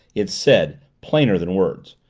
it said, plainer than words,